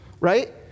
right